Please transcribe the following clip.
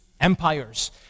empires